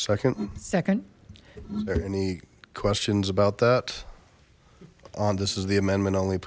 second second there any questions about that on this is the amendment only